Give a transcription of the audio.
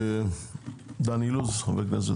בבקשה.